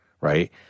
right